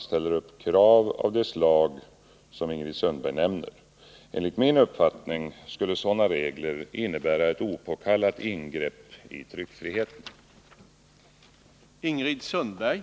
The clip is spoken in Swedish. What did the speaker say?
Vilka krav bör ställas på tryckt information som utsänds till hushållen för att det klart skall framgå att materialet inte kommer från officiell myndighet?